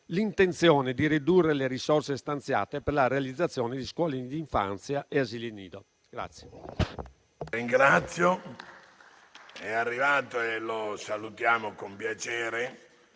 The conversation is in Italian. l'intenzione di ridurre le risorse stanziate per la realizzazione di scuole dell'infanzia e asili nido.